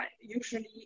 usually